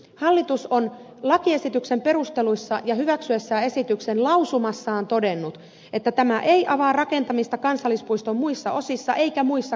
hallitus on lakiesityksen perusteluissa ja hyväksyessään esityksen lausumassaan todennut että tämä ei avaa rakentamista kansallispuiston muissa osissa eikä muissa kansallispuistoissa